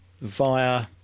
via